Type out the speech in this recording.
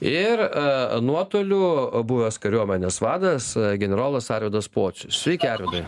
ir nuotoliu buvęs kariuomenės vadas generolas arvydas pocius sveiki arvydai